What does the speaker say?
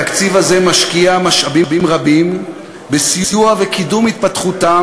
התקציב הזה משקיע משאבים רבים בסיוע ובקידום התפתחותם